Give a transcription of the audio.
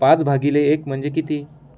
पाच भागिले एक म्हणजे किती